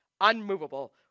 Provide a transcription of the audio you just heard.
unmovable